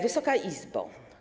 Wysoka Izbo!